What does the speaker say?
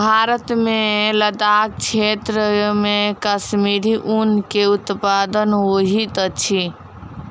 भारत मे लदाख क्षेत्र मे कश्मीरी ऊन के उत्पादन होइत अछि